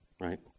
Right